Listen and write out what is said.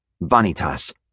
Vanitas